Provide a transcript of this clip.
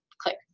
Click